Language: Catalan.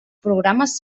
programes